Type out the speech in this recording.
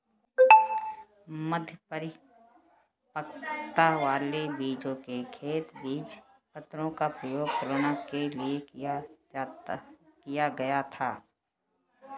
मध्य परिपक्वता वाले बीजों के खेत बीजपत्रों का उपयोग तुलना के लिए किया गया था